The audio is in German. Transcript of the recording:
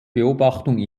beobachtung